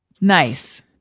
Nice